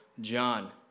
John